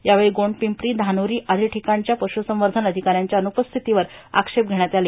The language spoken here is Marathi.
यावेळी गोंडपिंपरी धानोरी आदी ठिकाणच्या पश्रुसंवर्धन अधिकाऱ्यांच्या अनुपस्थितीवर आक्षेप षेण्यात आले